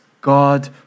God